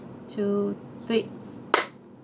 two three